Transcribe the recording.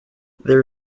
there